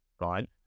right